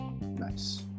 nice